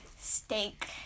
Steak